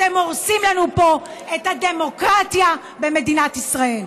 אתם הורסים לנו פה את הדמוקרטיה במדינת ישראל.